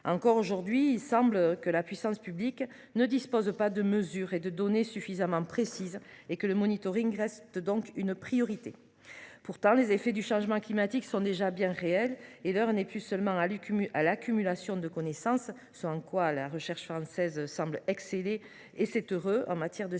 Encore aujourd’hui, il semble que la puissance publique ne dispose pas de mesures et de données suffisamment précises ; le reste donc une priorité. Pourtant, les effets du changement climatique sont déjà bien réels et l’heure est non plus seulement à l’accumulation de connaissances, même si la recherche française semble y exceller, notamment en sciences du